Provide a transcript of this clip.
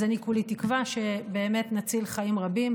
אז אני כולי תקווה שבאמת נציל חיים רבים